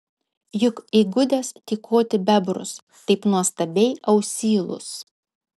juk įgudęs tykoti bebrus taip nuostabiai ausylus